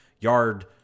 yard